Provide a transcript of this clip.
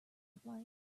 replied